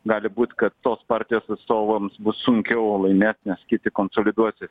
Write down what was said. gali būt kad tos partijos atstovams bus sunkiau laimėt nes kiti konsoliduosi